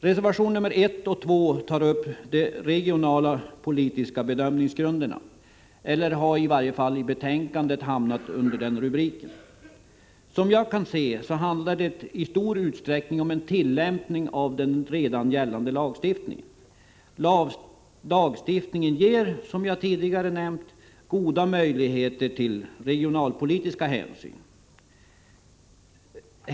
Reservationerna 1 och 2 tar upp de regionalpolitiska bedömningsgrunderna — eller har i varje fall i betänkandet hamnat under den rubriken. Såvitt jag kan se handlar det i stor utsträckning om tillämpning av redan gällande lagstiftning. Lagstiftningen ger, som jag tidigare nämnt, goda möjligheter till regionalpolitisk hänsyn.